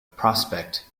prospect